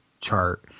chart